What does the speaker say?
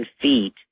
feet